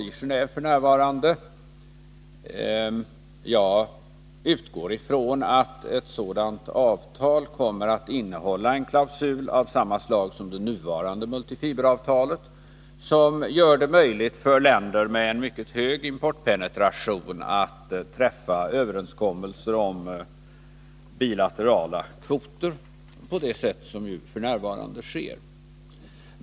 Jag utgår från att ett sådant avtal kommer att innehålla en klausul av samma slag som nuvarande multifiberavtal, en klausul som gör det möjligt för länder med mycket hög importpenetration att träffa överenskommelser om bilaterala kvoter på det sätt som f. n. sker.